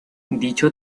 dicho